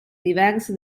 diverse